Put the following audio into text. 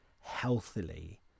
healthily